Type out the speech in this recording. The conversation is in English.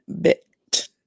bit